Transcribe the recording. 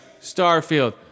Starfield